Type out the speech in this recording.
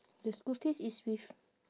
the school fees is with